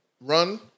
run